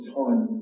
time